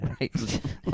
Right